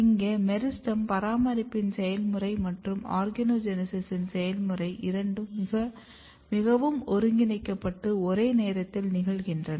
இங்கே மெரிஸ்டெம் பராமரிப்பின் செயல்முறை மற்றும் ஆர்கனோஜெனீசிஸின் செயல்முறை இரண்டும் மிகவும் ஒருங்கிணைக்கப்பட்டு ஒரே நேரத்தில் நிகழ்கின்றன